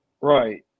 Right